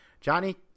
Johnny